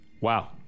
Wow